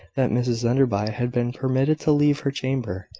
that mrs enderby had been permitted to leave her chamber,